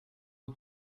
eau